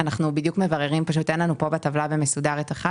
תכנית מספר 240201